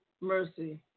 mercy